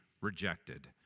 rejected